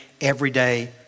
everyday